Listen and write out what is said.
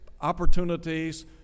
opportunities